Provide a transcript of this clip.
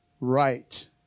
right